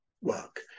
work